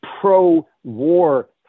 pro-war